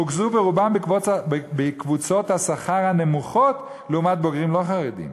רוכזו ברובם בקבוצות השכר הנמוכות לעומת בוגרים לא חרדים.